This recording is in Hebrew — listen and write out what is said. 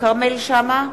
כרמל שאמה,